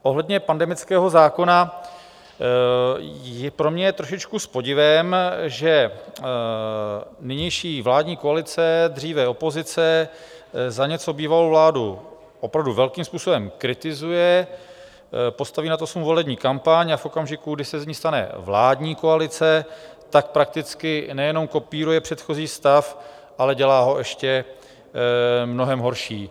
Ohledně pandemického zákona pro mě je trošičku s podivem, že nynější vládní koalice, dříve opozice, za něco bývalou vládu opravdu velkým způsobem kritizuje, postaví na tom svou volební kampaň a v okamžiku, kdy se z ní stane vládní koalice, tak prakticky nejenom kopíruje předchozí stav, ale dělá ho ještě mnohem horší.